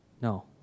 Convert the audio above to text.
No